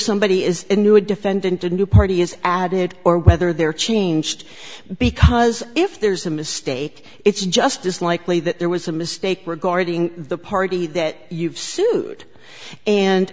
somebody is new a defendant a new party is added or whether they are changed because if there's a mistake it's just as likely that there was a mistake regarding the party that you've sued and